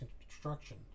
construction